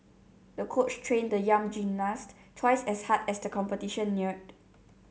the coach trained the young gymnast twice as hard as the competition neared